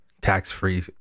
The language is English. tax-free